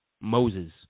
Moses